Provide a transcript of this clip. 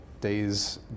days